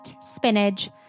spinach